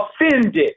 offended